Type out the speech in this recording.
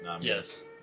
Yes